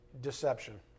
deception